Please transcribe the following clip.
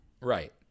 Right